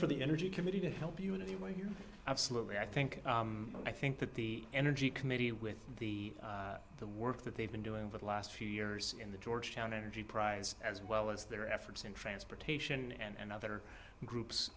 for the energy committee to help you in any way here absolutely i think i think that the energy committee with the the work that they've been doing for the last few years in the georgetown energy prize as well as their efforts in transportation and other groups